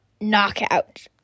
Knockout